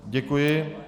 Děkuji.